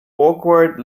awkward